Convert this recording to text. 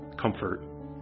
comfort